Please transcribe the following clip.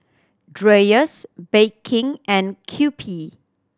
Dreyers Bake King and Kewpie